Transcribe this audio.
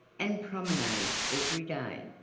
and promenades every day.